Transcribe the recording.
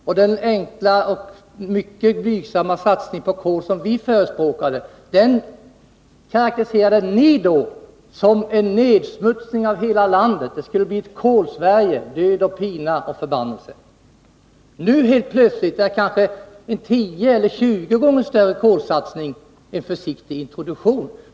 Och den enkla och mycket blygsamma satsning på kol som vi förespråkade, den karakteriserade ni då som en nedsmutsning av hela landet; det skulle bli ett Kolsverige — död, pina och förbannelse. Nu helt plötsligt är en kanske tio eller tjugo gånger större kolsatsning en försiktig introduktion.